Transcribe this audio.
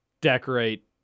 decorate